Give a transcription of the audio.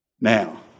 Now